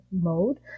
mode